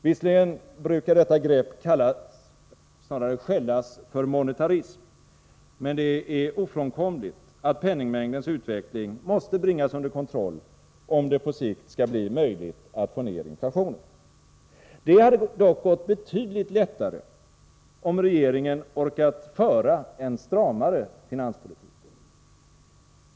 Visserligen brukar detta grepp kallas för, eller snarare skällas för, monetarism, men det är ofrånkomligt att penningmängdens utveckling måste bringas under kontroll, om det på sikt skall bli möjligt att få ned inflationen. Det hade dock gått betydligt lättare, om regeringen orkat föra en stramare finanspolitik.